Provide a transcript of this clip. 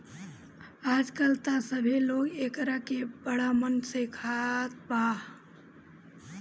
आजकल त सभे लोग एकरा के बड़ा मन से खात बा